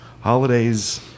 holidays